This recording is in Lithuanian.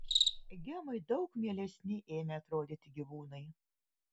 gemai daug mielesni ėmė atrodyti gyvūnai